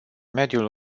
mediul